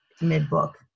mid-book